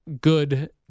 good